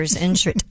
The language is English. injured